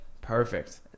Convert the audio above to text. Perfect